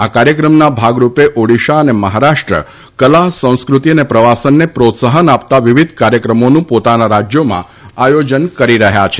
આ કાર્યક્રમના ભાગરૂપે ઓડીશા અને મહારાષ્ટ્ર કલા સંસ્ક્રતિ અને પ્રવાસનને પ્રોત્સાહન આપતા વિવિધ કાર્યક્રમોનું પોતાના રાજ્યોમાં આયોજન કરી રહ્યા છે